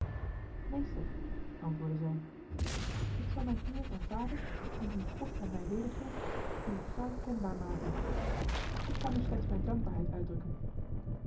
meester antwoordde zij ik zal mijn heer en vader indien god hem mij wedergeeft uw trouw kenbaar maken ik kan u slechts mijn dankbaarheid uitdrukken